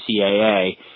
CAA